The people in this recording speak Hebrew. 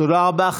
תודה רבה.